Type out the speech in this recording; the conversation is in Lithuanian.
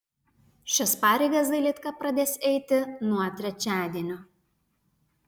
šias pareigas dailydka pradės eiti nuo trečiadienio